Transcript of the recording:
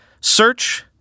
search